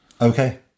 Okay